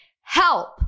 Help